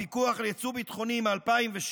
חוק הפיקוח על יצוא ביטחוני מ-2007,